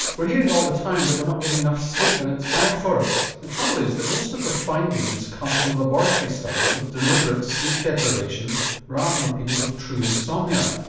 we're hearing all the time that we're not getting enough sleep and it's bad for us. the trouble is that most of the findings come from laboratory studies of deliberate sleep deprivation rather than from people with true insomnia.